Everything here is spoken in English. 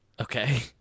Okay